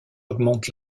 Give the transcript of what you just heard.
augmente